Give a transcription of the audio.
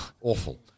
awful